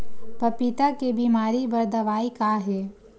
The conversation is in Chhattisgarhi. पपीता के बीमारी बर दवाई का हे?